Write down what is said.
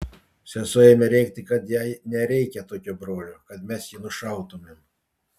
sesuo ėmė rėkti kad jai nereikia tokio brolio kad mes jį nušautumėm